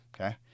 Okay